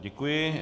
Děkuji.